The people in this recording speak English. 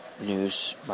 news